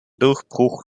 durchbruch